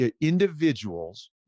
individuals